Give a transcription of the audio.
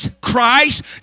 Christ